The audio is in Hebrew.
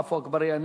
עפו אגבאריה,